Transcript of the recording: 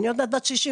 אני עוד מעט בת 60,